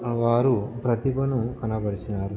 వారు ప్రతిభను కనబరిచినారు